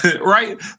Right